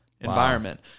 environment